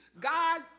God